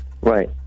Right